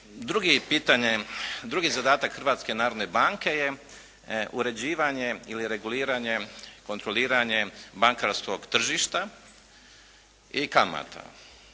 drugi zadatak Hrvatske narodne banke je uređivanje ili reguliranje, kontroliranje bankarskog tržišta i kamata.